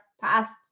past